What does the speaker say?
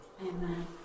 Amen